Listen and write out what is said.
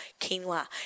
quinoa